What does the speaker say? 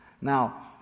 Now